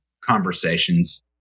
conversations